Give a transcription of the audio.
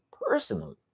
personally